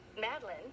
Madeline